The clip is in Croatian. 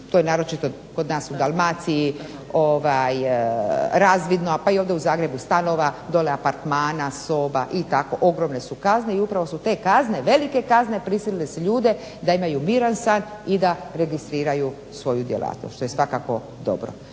to je naročito kod nas u Dalmaciji razvidno, pa onda i u Zagrebu stanova, dole apartmana, soba i tako. Ogromne su kazne i upravo su te kazne, velike kazne prisilile su ljude da imaju miran san i da registriraju svoju djelatnost što je svakako dobro.